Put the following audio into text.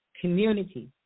community